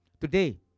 Today